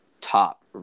top